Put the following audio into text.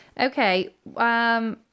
Okay